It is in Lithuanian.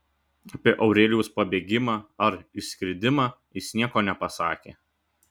apie aurelijaus pabėgimą ar išskridimą jis nieko nepasakė